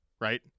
Right